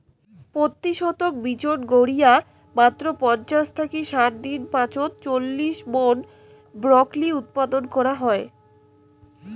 পত্যি শতক বিচন গাড়িয়া মাত্র পঞ্চাশ থাকি ষাট দিন পাছত চল্লিশ মন ব্রকলি উৎপাদন করাং হই